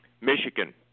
michigan